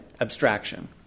abstraction